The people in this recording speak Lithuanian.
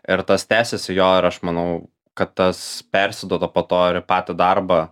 ir tas tęsiasi jo ir aš manau kad tas persiduoda po to ir į patį darbą